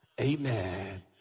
Amen